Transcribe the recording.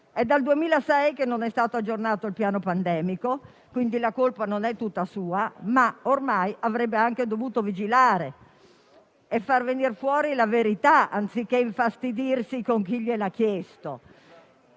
È dal 2006 che il piano pandemico non viene aggiornato, quindi la colpa non è tutta sua, ma ormai avrebbe anche dovuto vigilare e far venir fuori la verità anziché infastidirsi con chi gliel'ha chiesto.